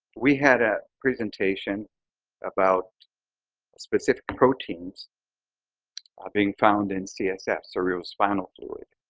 we had a presentation about specific proteins ah being found in csf, cerebrospinal fluid,